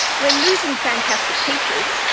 we're losing fantastic teachers,